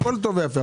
הכול טוב ויפה,